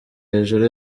hejuru